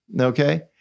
Okay